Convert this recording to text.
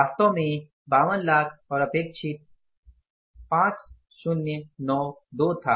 वास्तव में 52lacks और अपेक्षित 5092 था